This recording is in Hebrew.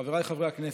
חבריי חברי הכנסת,